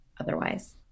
otherwise